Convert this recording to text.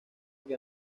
que